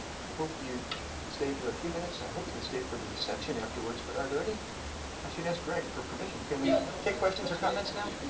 i hope you can stay for a few minutes. i hope you can stay for the reception afterwards, but are there any i should ask greg for permission. can we ah take questions or comments now?